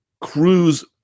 Cruz